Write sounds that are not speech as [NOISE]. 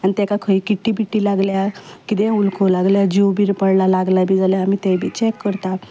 आनी तेका खंय किट्टी बिट्टी लागल्या कितें [UNINTELLIGIBLE] लागल्यार जीव बी पडला लागला बी जाल्यार आमी तें बी चॅक करता